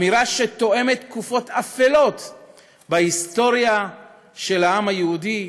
אמירה שתואמת תקופות אפלות בהיסטוריה של העם היהודי